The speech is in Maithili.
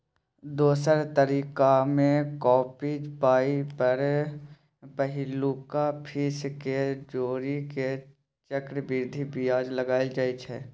दोसर तरीकामे बॉकी पाइ पर पहिलुका फीस केँ जोड़ि केँ चक्रबृद्धि बियाज लगाएल जाइ छै